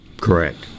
Correct